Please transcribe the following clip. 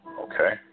Okay